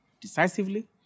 decisively